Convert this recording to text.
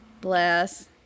Bless